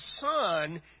son